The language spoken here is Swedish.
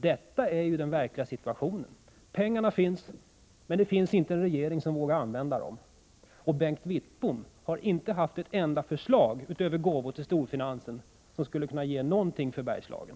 — Detta är den verkliga situationen. Pengarna finns, men det finns inte en regering som vågar använda dem. Och Bengt Wittbom har inte haft ett enda förslag att komma med — utöver propåer om gåvor till storfinansen — som skulle kunna ge någonting för Bergslagen.